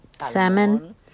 salmon